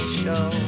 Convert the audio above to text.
show